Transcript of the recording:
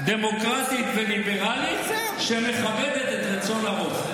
דמוקרטית וליברלית, שמכבדת את רצון הרוב.